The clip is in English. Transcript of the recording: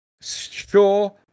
Sure